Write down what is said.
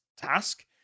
task